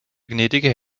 gnädige